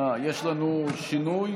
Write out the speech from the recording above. לנו שינוי?